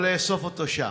או לאסוף אותו שם.